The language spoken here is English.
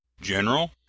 General